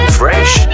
fresh